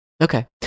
Okay